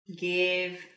Give